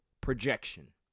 projection